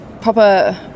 proper